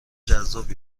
جذاب